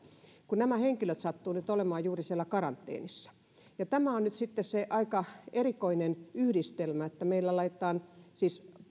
kun nämä henkilöt sattuvat nyt olemaan juuri siellä karanteenissa niin tämä on nyt sitten se aika erikoinen yhdistelmä että heidät laitetaan siis